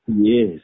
Yes